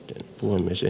tuomisen